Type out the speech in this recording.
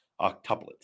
octuplets